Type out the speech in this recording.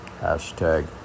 Hashtag